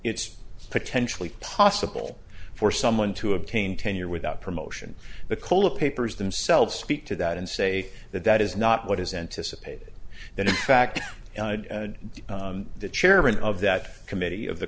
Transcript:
it's potentially possible for someone to obtain tenure without promotion the cola papers themselves speak to that and say that that is not what is anticipated that in fact the chairman of that committee of the